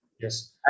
Yes